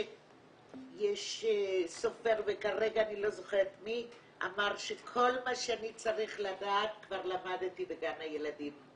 יש סופר שאמר ש"כל מה שאני צריך לדעת כבר למדתי בגן הילדים".